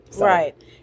Right